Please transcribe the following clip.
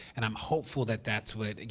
and i'm hopeful that that's what, and